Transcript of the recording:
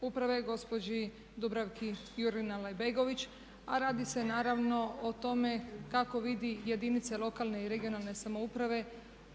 uprave gospođi Dubravki Jurlina Alibegović, a radi se naravno o tome kako vidi jedinice lokalne i regionalne samouprave